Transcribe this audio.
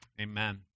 Amen